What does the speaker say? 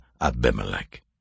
Abimelech